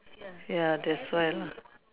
ya that's why lah